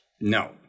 No